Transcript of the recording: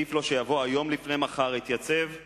עדיף לו שיבוא היום, לפני מחר, יתייצב ויגיד: